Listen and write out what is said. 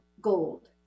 gold